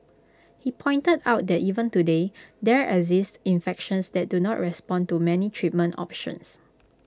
he pointed out that even today there exist infections that do not respond to many treatment options